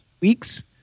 weeks